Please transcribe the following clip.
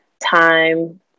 time